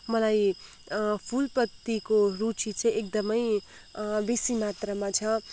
मलाई फुलप्रतिको रुचि चाहिँ एकदमै बेसी मात्रामा छ